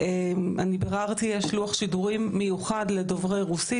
ביררתי, יש לוח שידורים מיוחד לדוברי רוסית.